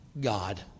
God